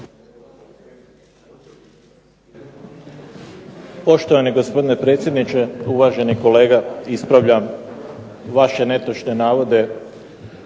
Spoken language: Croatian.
Poštovani gospodine predsjedniče, uvaženi kolega, ispravljam vaše netočne navode.